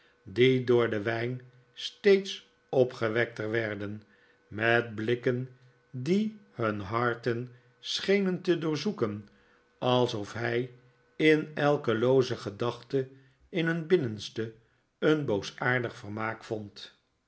die door den wijn steeds opgewekter werden met blikken die hun harten schenen te doorzoeken alsof hij in elke looze gedachte in hun binnenste een boosaardig vermaak vond